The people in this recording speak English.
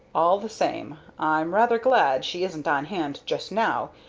all the same, i'm rather glad she isn't on hand just now,